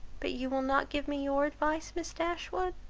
but you will not give me your advice, miss dashwood?